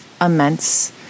immense